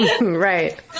Right